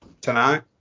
tonight